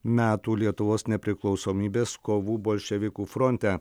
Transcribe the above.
metų lietuvos nepriklausomybės kovų bolševikų fronte